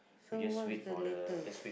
so what's the latest